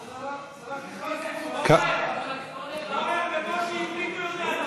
עודד, בקושי עברית הוא יודע.